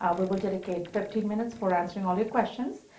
ah we will dedicate fifteen minutes for answering all your questions,